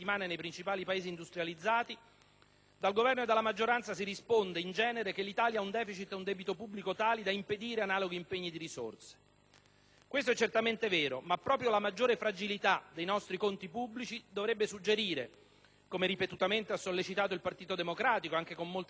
dal Governo e dalla maggioranza si risponde, in genere, che l'Italia ha un deficit e un debito pubblico tali da impedire analoghi impegni di risorse. Questo è certamente vero, ma proprio la maggiore fragilità dei nostri conti pubblici dovrebbe suggerire - come ripetutamente ha sollecitato il Partito Democratico, anche con molte proposte specifiche e puntuali